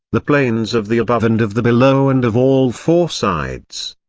the planes of the above and of the below and of all four sides.